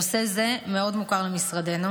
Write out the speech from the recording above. נושא זה מאוד מוכר למשרדנו,